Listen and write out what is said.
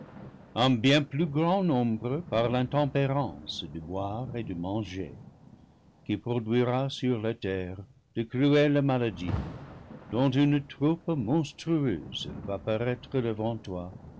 un bien plus grand nombre par l'intempérance du boire et du manger qui produira sur la terre de cruelles maladies dont une troupe monstrueuse va paraître devant toi